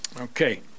Okay